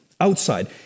Outside